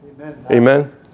Amen